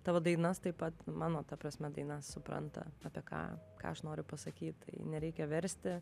tavo dainas taip pat mano ta prasme dainas supranta apie ką ką aš noriu pasakyt nereikia versti